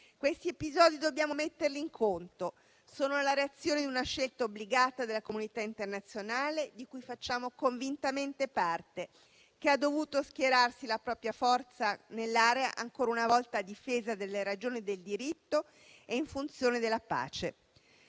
Questi episodi dobbiamo metterli in conto: sono la reazione a una scelta obbligata della comunità internazionale di cui facciamo convintamente parte, che ha dovuto schierare la propria forza nell'area, ancora una volta a difesa delle ragioni del diritto e in funzione della pace.